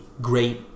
great